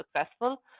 successful